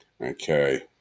Okay